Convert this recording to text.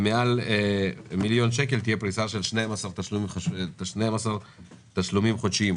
ומעל מיליון שקל תהיה פריסה של 12 תשלומים חודשיים."